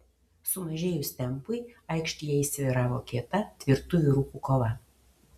sumažėjus tempui aikštėje įsivyravo kieta tvirtų vyrukų kova